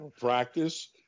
practice